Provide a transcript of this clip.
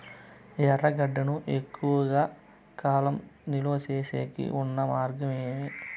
ఎర్రగడ్డ ను ఎక్కువగా కాలం నిలువ సేసేకి ఉన్న మార్గం ఏమి?